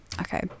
Okay